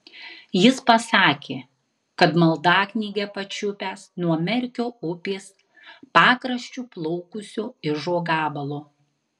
jis pasakė kad maldaknygę pačiupęs nuo merkio upės pakraščiu plaukusio ižo gabalo